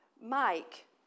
Mike